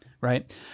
Right